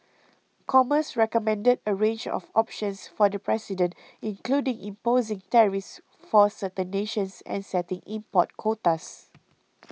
commerce recommended a range of options for the president including imposing tariffs for certain nations and setting import quotas